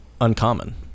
uncommon